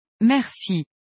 merci